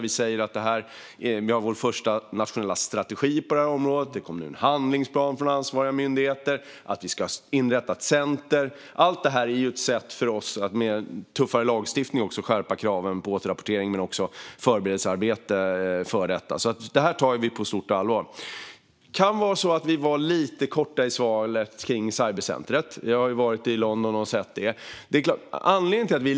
Vi har nu vår första nationella strategi på området, och det kommer nu en handlingsplan från ansvariga myndigheter. Det ska inrättas ett center. Allt detta är ett sätt för oss att tillsammans med tuffare lagstiftning skärpa kraven på återrapportering och förberedelsearbete. Vi tar frågorna på stort allvar. Det kan vara så att jag var lite kort i svaret i fråga om cybercentret. Jag har varit i London och tittat på det.